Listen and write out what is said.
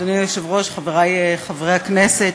אדוני היושב-ראש, חברי חברי הכנסת,